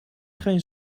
geen